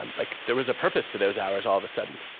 and like there was a purpose to those hours all of a sudden.